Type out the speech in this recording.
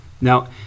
Now